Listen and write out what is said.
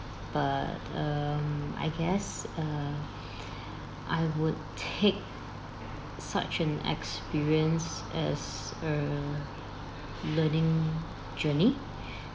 but um I guess err I would take such an experience as a learning journey